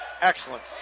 excellent